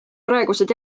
praegused